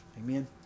Amen